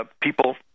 people